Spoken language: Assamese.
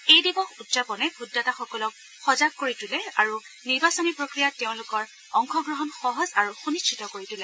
এই দিৱস উদযাপনে ভোটদাতাসকলক সজাগ কৰি তোলে আৰু নিৰ্বাচনী প্ৰক্ৰিয়াত তেওঁলোকৰ অংশগ্ৰহণ সহজ আৰু সুনিশ্চিত কৰি তোলে